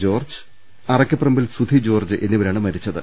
George Arakkaparambil Sudhi George എന്നിവരാണ് മരിച്ചത്